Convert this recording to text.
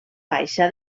baixa